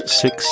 six